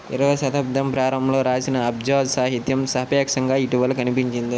ఇరవై శతాబ్దం ప్రారంభంలో రాసిన అబ్జాజ్ సాహిత్యం సాపేక్షంగా ఇటీవల కనిపించింది